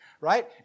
right